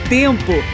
tempo